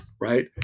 right